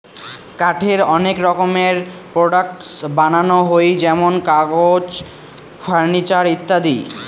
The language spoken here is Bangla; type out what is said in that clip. কাঠের অনেক রকমের প্রোডাক্টস বানানো হই যেমন কাগজ, ফার্নিচার ইত্যাদি